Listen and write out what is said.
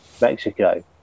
Mexico